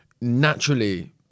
naturally